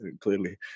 clearly